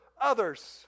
others